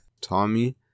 Tommy